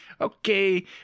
okay